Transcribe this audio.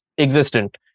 existent